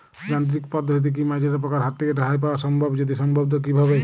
যান্ত্রিক পদ্ধতিতে কী মাজরা পোকার হাত থেকে রেহাই পাওয়া সম্ভব যদি সম্ভব তো কী ভাবে?